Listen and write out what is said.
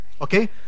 Okay